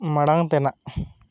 ᱢᱟᱬᱟᱝ ᱛᱮᱱᱟᱜ